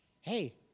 hey